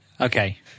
okay